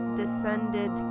descended